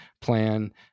plan